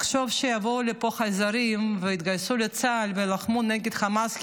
לחשוב שיבואו לפה חייזרים ויתגייסו לצה"ל ויילחמו נגד חמאס,